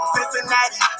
Cincinnati